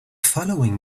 following